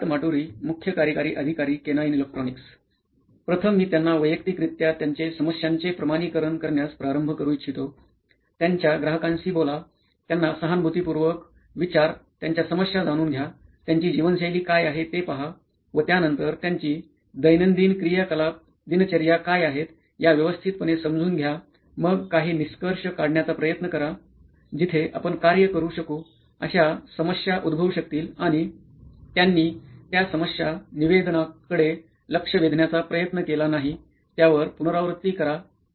सिद्धार्थ माटुरी मुख्य कार्यकारी अधिकारी केनोईन इलेक्ट्रॉनीक्स प्रथम मी त्यांना वैयक्तिकरित्या त्यांच्या समस्यांचे प्रमाणिकरण करण्यास प्रारंभ करू इच्छितो त्यांच्या ग्राहकांशी बोला त्यांना सहानभूतीपूर्वक विचार त्यांच्या समस्या जाणून घ्या त्यांची जीवनशैली काय आहे ते पहा व त्यानंतर त्यांची दैनंदिन क्रियाकलाप दिनचर्या काय आहेत या व्यवस्थितपणे समजून घ्यामग काही निष्कर्ष काढण्याचा प्रयत्न करा जिथे आपण कार्य करू शकू अशा समस्या उद्भवू शकतील आणि त्यांनी त्या समस्या निवेदनांकडे लक्ष वेधण्याचा प्रयत्न केला नाही त्यावर पुनरावृत्ती करा